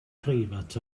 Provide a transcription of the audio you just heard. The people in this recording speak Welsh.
preifat